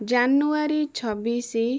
ଜାନୁୟାରୀ ଛବିଶ